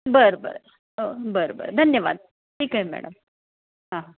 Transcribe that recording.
बरं बरं बरं बरं धन्यवाद ठीक आहे मॅडम हां